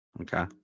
Okay